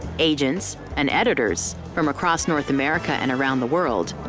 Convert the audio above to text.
agents, and editors from across north america and around the world,